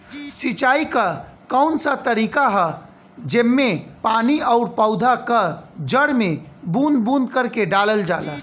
सिंचाई क कउन सा तरीका ह जेम्मे पानी और पौधा क जड़ में बूंद बूंद करके डालल जाला?